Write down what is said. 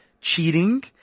cheating